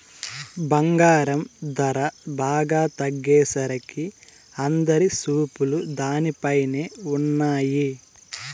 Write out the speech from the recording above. బంగారం ధర బాగా తగ్గేసరికి అందరి చూపులు దానిపైనే ఉన్నయ్యి